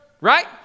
right